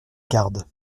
garde